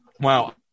Wow